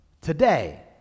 today